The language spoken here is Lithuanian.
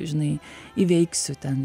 žinai įveiksiu ten